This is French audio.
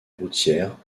routière